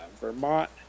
Vermont